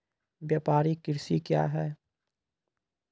व्यापारिक कृषि क्या हैं?